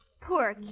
Poor